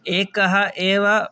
एकः एव